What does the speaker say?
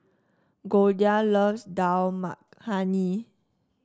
Goldia loves Dal Makhani